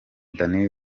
danny